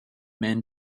men